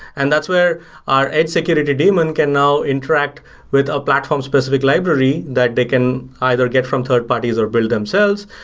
and that's where our edge security daemon can now interact with a platform-specific library, that they can either get from third parties, or build themselves,